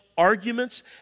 Arguments